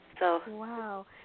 Wow